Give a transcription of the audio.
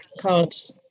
cards